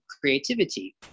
creativity